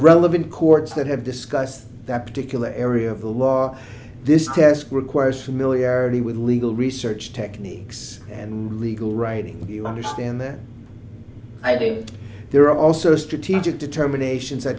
levin courts that have discussed that particular area of the law this test requires familiarity with legal research techniques and legal writing you understand that i believe there are also strategic determinations that